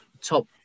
top